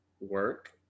work